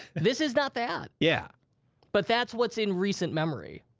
this is not that. yeah but that's what's in recent memory.